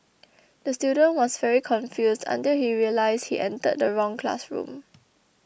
the student was very confused until he realised he entered the wrong classroom